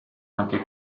anche